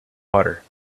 water